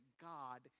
god